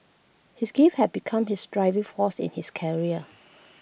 his gift have become his driving force in his career